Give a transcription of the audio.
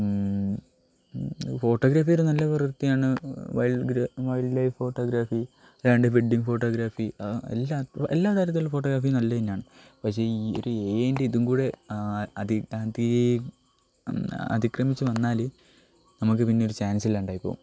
photography ഒരു നല്ല പ്രവൃത്തിയാണ് വൈൽഡ് ലൈഫ് ഫോട്ടോഗ്രാഫി രണ്ട് വെഡ്ഡിങ് ഫോട്ടോഗ്രാഫി എല്ലാ എല്ലാ തരത്തിലും ഫോട്ടോഗ്രാഫി നല്ല ത് തന്നെയാണ് പക്ഷേ ഈ ഒരു എഐയുടെ ഇതും കൂടെ അതിക്രമിച്ചു വന്നാൽ നമുക്ക് പിന്നെ ഒരു ചാൻസ് ഇല്ലാതായി പോവും